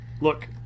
Look